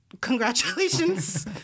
Congratulations